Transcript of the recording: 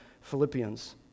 Philippians